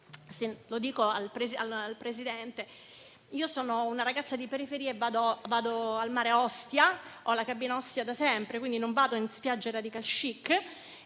signor Presidente, sono una ragazza di periferia e vado al mare a Ostia, dove ho la cabina da sempre, quindi non vado in spiagge *radical chic*;